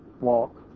walk